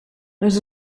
les